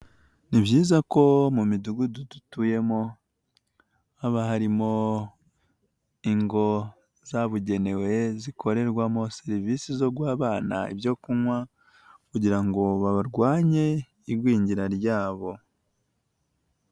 Ni byiza ko mu midugudu dutuyemo haba harimo ingo zabugenewe zikorerwamo serivisi zo guha abana ibyo kunywa kugira ngo barwanye igwingira ryabo.